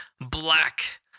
Black